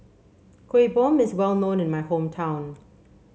Kueh Bom is well known in my hometown